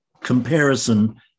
comparison